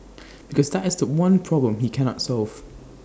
because that is The One problem he cannot solve